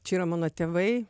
čia yra mano tėvai